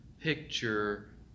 picture